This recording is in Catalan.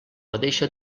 mateixa